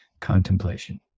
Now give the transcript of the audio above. contemplation